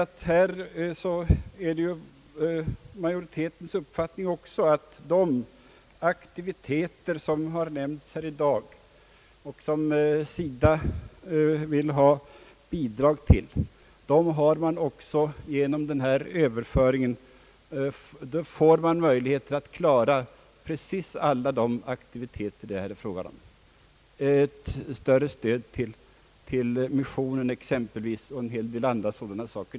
Det är nämligen också majoritetens uppfattning att man genom den föreslagna överföringen får möjlighet att klara alla de aktiviteter, som har nämnts i dag och som SIDA vill ha bidrag till, bland en hel del andra saker exempelvis ett större stöd till missionen och övriga fältarbeten.